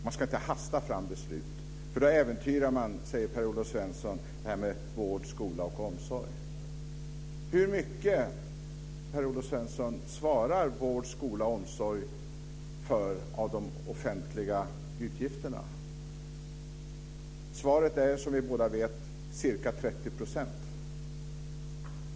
Man ska inte hasta fram beslut, för då äventyrar man vård, skola och omsorg, säger Per-Olof Svensson. Svaret är som vi båda vet ca 30 %.